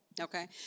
Okay